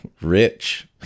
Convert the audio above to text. rich